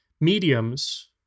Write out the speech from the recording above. mediums